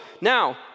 now